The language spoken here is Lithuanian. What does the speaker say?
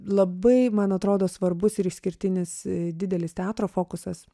labai man atrodo svarbus ir išskirtinis didelis teatro fokusas